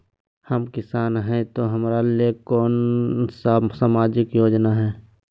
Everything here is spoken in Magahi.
हम किसान हई तो हमरा ले कोन सा सामाजिक योजना है?